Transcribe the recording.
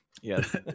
Yes